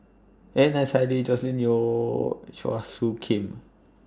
Adnan Saidi Joscelin Yeo and Chua Soo Khim